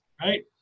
right